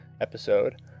episode